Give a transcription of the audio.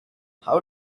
how